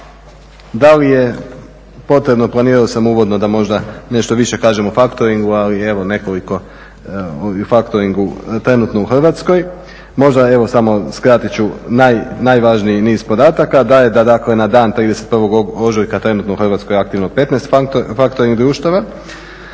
Da li je potrebno, planirao sam uvodno da možda nešto više kažem o faktoringu. Ali evo nekoliko o faktoringu trenutno u Hrvatskoj. Možda evo samo skratit ću najvažniji niz podataka, da je dakle na dan 31. ožujka trenutno u Hrvatskoj aktivno 15 faktoring društava.